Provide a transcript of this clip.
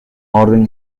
orden